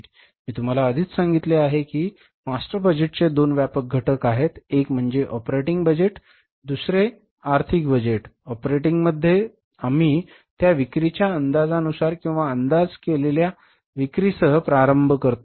मी तुम्हाला आधीच सांगितले आहे की मास्टर बजेटचे दोन व्यापक घटक आहेत एक म्हणजे ऑपरेटिंग बजेट दुसरे आर्थिक बजेट ऑपरेटिंग मध्ये आम्ही त्या विक्रीच्या अंदाजानुसार किंवा अंदाज केलेल्या विक्रीसह प्रारंभ करतो